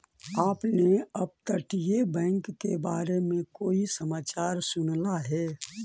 आपने अपतटीय बैंक के बारे में कोई समाचार सुनला हे